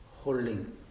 holding